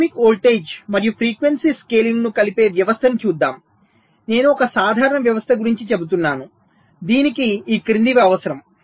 dynamic voltage మరియు frequency స్కేలింగ్ను కలిపే వ్యవస్థను చూద్దాం నేను ఒక సాధారణ వ్యవస్థ గురించి చెబుతున్నాను దీనికి ఈ క్రిందివి అవసరం